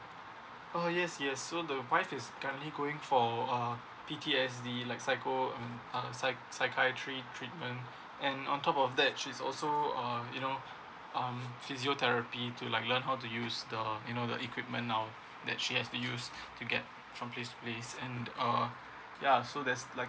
oh yes yes so the wife is currently going for uh B_T_S the like psycho um um psy~ psychiatric treatment and on top of that she's also um you know um physiotherapy to like learn how to use the you know the equipment now that she have been used to get from place to place and uh ya so that's like